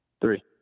Three